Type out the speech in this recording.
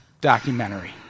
documentary